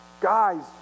guys